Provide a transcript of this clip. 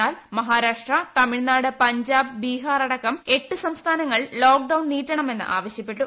എന്നാൽ മഹാരാഷ്ട്ര തമിഴ്നാട് പഞ്ചാബ് ബീഹാർ അടക്കം എട്ട് സംസ്ഥാനങ്ങൾ ലോക്ഡൌൺ നീട്ടണമെന്ന് ആവശ്യപ്പെട്ടു